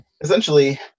Essentially